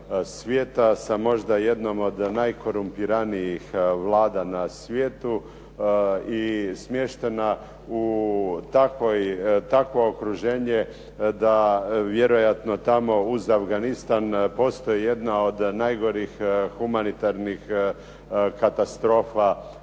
sa možda jednom od najkorumpiranijih Vlada na svijetu i smještena u takvo okruženje da vjerojatno tamo uz Afganistan postoji jedna od najgorih humanitarnih katastrofa